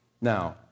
Now